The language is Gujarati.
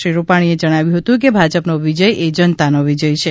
શ્રી રૂપાણીએ જણાવ્યું હતું કે ભાજપાનો વિજય એ જનતાનો વિજય છે